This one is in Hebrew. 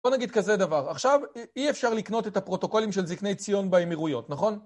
בוא נגיד כזה דבר, עכשיו אי אפשר לקנות את הפרוטוקולים של זקני ציון באמירויות, נכון?